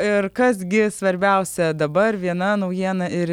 ir kas gi svarbiausia dabar viena naujiena ir